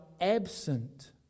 absent